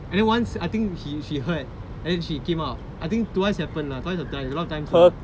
and then once I think she she heard and then she came out I think twice happen lah twice thrice a lot times lah